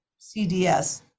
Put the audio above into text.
CDS